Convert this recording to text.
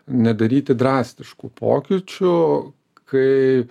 nedaryti drastiškų pokyčių kai